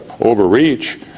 overreach